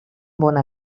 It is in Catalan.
bona